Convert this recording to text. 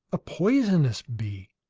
a poisonous bee,